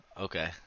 Okay